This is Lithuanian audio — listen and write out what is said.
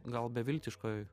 gal beviltiškoj